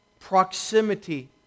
proximity